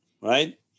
right